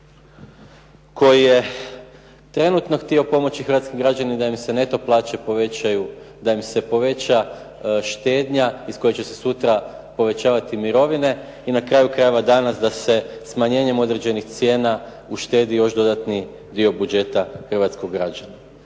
koji je trenutno htio pomoći hrvatskim građanima da im se neto plaće povećaju, da im se poveća štednja iz koje će se sutra povećavati mirovine i na kraju krajeva, danas da se smanjenjem određenih cijena uštedi još dodatni dio budžeta hrvatskog građana.